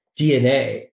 DNA